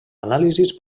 anàlisis